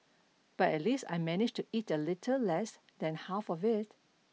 but at least I managed to eat a little less than half of it